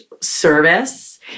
service